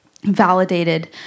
validated